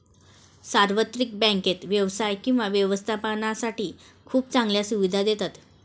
सार्वत्रिक बँकेत व्यवसाय किंवा व्यवस्थापनासाठी खूप चांगल्या सुविधा देतात